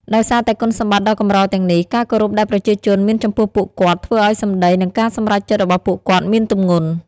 ដោយសារតែគុណសម្បត្តិដ៏កម្រទាំងនេះ ការគោរពដែលប្រជាជនមានចំពោះពួកគាត់ ធ្វើឲ្យសម្ដី និងការសម្រេចចិត្តរបស់ពួកគាត់មានទម្ងន់។